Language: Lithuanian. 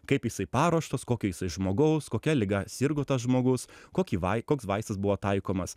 kaip jisai paruoštos kokio žmogaus kokia liga sirgo tas žmogus kokį vai koks vaistas buvo taikomas